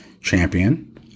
champion